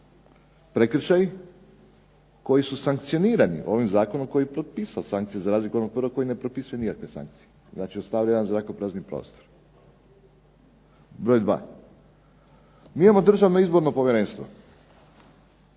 prekršaji koji su sankcionirani ovim zakonom koji je propisao sankcije za razliku od onog prvog koji ne propisuje nikakve sankcije. Znači, ostavlja jedan zrakoprazni prostor. Broj dva. Mi imamo Državno izborno povjerenstvo,